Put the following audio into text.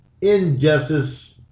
injustice